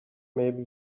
maybe